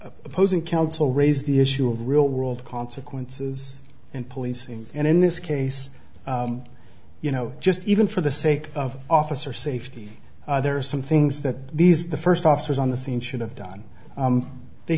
opposing counsel raised the issue of real world consequences in policing and in this case you know just even for the sake of officer safety there are some things that these the first officers on the scene should have done they